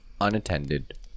unattended